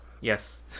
Yes